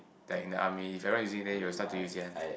thank the army if everyone using it then you will start to use it one